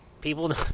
People